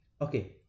Okay